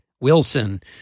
Wilson